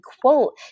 quote